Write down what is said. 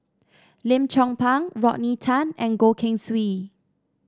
Lim Chong Pang Rodney Tan and Goh Keng Swee